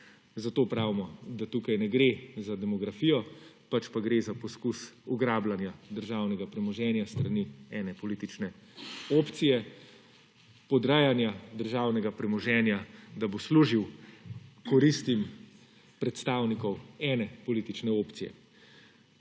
Zato pravimo, da tukaj ne gre za demografijo, pač pa gre za poizkus ugrabljanja državnega premoženja s strani ene politične opcije, podrejanja državnega premoženja, da bo služil koristim predstavnikov ene politične opcije.